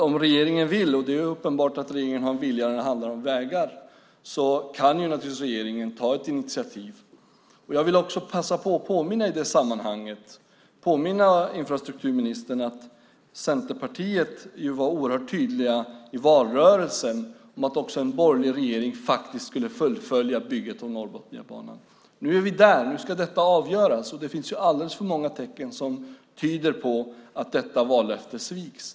Om regeringen vill, och det är uppenbart att regeringen har en vilja när det handlar om vägar, kan den naturligtvis ta ett initiativ. I det sammanhanget vill jag passa på att påminna infrastrukturministern om att Centerpartiet i valrörelsen var oerhört tydligt med att en borgerlig regering skulle fullfölja bygget av Norrbotniabanan. Nu är vi där. Nu ska det avgöras. Det finns dock alldeles för många tecken som tyder på att det vallöftet sviks.